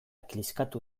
kliskatu